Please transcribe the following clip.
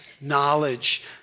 knowledge